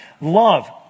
Love